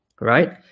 right